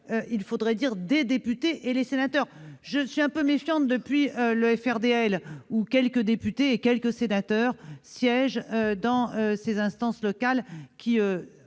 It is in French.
il faudrait écrire :« les sénateurs ». Je suis un peu méfiante depuis que « quelques députés et quelques sénateurs » siègent dans les instances locales